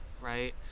right